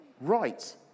right